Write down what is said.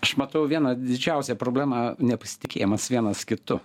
aš matau vieną didžiausią problemą nepasitikėjimas vienas kitu